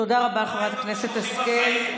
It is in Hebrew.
תודה רבה, חברת הכנסת השכל.